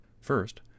First